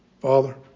Father